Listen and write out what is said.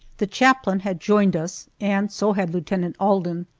the chaplain had joined us, and so had lieutenant alden.